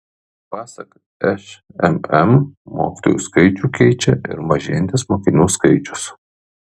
pasak šmm mokytojų skaičių keičia ir mažėjantis mokinių skaičius